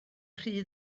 rhy